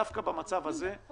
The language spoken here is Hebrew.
דווקא במצב הזה.